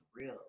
real